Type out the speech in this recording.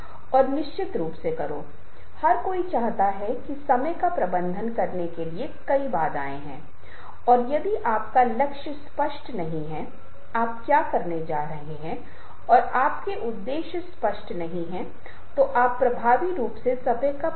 अब आप जो भी क्षेत्र में प्रस्तुति बना रहे हैं आपको यह महसूस करना होगा कि दर्शकों को क्या लगता है और देखें कि क्या आपकी प्रस्तुति में कुछ घटक हैं जो उस अवसर से जुड़े हैं जैसे कि विशेष संदर्भ में यदि आप ऐसा करते हैं तो आप दूसरों की तुलना में अधिक सफल होंगे